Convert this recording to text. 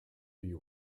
you